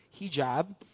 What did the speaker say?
hijab